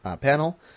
panel